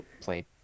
played